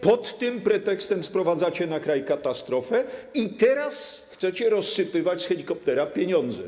Pod tym pretekstem sprowadzacie na kraj katastrofę i teraz chcecie rozsypywać z helikoptera pieniądze.